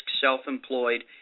self-employed